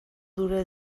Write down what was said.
dura